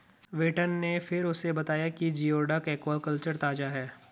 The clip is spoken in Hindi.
वेटर ने फिर उसे बताया कि जिओडक एक्वाकल्चर ताजा है